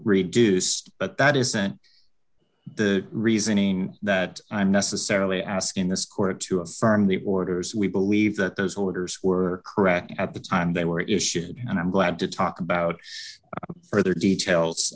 reduced but that isn't the reasoning that i'm necessarily asking this court to affirm the orders we believe that those orders were correct at the time they were issued and i'm glad to talk about further details